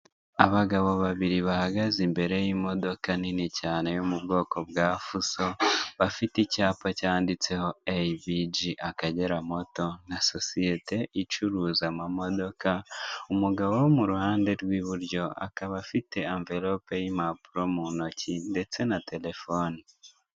Abagabo babiri bahagaze imbere y'imodoka nini cyane yo mu bwoko bwa fuso, bafite icyapa cyanditseho eyiviji akagera moto, nka sosiyete icuruza amamodoka, umugabo wo mu ruhande rw'iburyo akaba afite anverope y'impapuro mu ntoki, ndetse na terefone.